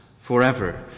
forever